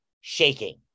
shaking